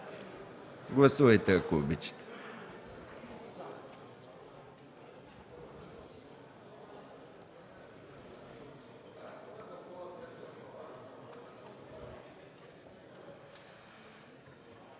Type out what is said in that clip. гласуване, ако обичате.